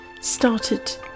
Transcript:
started